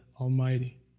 Almighty